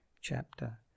chapter